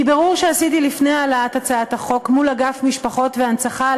מבירור שעשיתי לפני העלאת הצעת החוק מול אגף משפחות והנצחה,